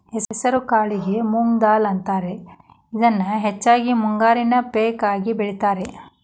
ಹೆಸರಕಾಳಿಗೆ ಮೊಂಗ್ ದಾಲ್ ಅಂತಾರ, ಇದನ್ನ ಹೆಚ್ಚಾಗಿ ಮುಂಗಾರಿ ಪೇಕ ಆಗಿ ಬೆಳೇತಾರ